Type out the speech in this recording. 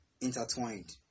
intertwined